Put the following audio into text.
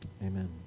Amen